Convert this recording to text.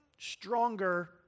stronger